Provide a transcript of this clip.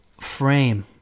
frame